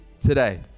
today